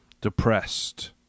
Depressed